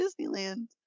Disneyland